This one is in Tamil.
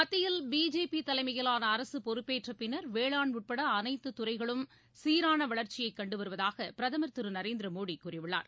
மத்தியில் பிஜேபி தலைமயிலாள அரசு பொறுப்பேற்ற பின்னர் வேளாண் உட்பட அனைத்து துறைகளும் சீரான வளர்ச்சியை கண்டு வருவதாக பிரதமர் திரு நரேந்திர மோடி கூறியுள்ளார்